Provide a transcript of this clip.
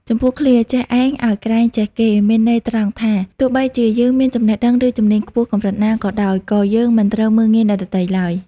ចំពោះឃ្លា "ចេះឯងឲ្យក្រែងចេះគេ" មានន័យត្រង់ថា ទោះបីជាយើងមានចំណេះដឹង ឬជំនាញខ្ពស់កម្រិតណាក៏ដោយ ក៏យើងមិនត្រូវមើលងាយអ្នកដទៃឡើយ។